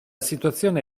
situazione